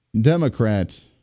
Democrat